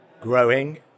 growing